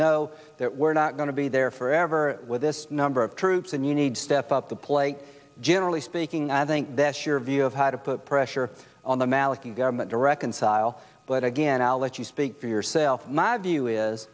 know that we're not going to be there forever with this number of troops and you need to step up the plate generally speaking i think that's your view of how to put pressure on the maliki government to reconcile but again i'll let you speak for yourself my view is